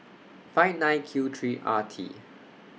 five nine Q three R T